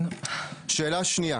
שאלה שנייה